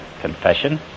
confession